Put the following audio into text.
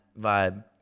vibe